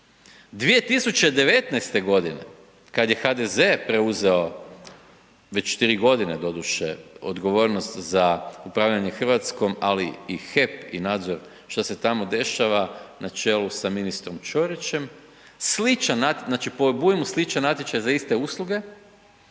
2019. g. kada je HDZ preuzeo već 3 g. doduše, odgovornost za upravljanje Hrvatskom, ali i HEP i nadzor, što se tamo dešava na čelu s ministrom Čorićem, sličan, znači po obujmu slučaj natječaj za iste usluge,